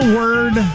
word